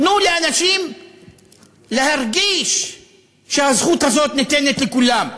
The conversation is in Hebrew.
תנו לאנשים להרגיש שהזכות הזאת ניתנת לכולם.